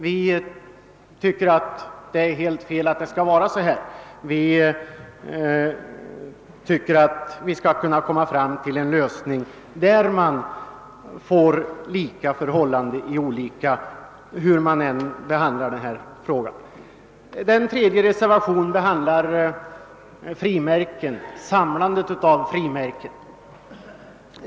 Vi tycker att detta är helt fel; det bör gå att komma fram till en lösning där beskattningen blir likartad. Reservationen 3 behandlar frimärken — det är samlandet av frimärken som avses.